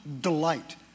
delight